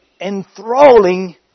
enthralling